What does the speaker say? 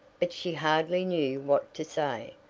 but she hardly knew what to say,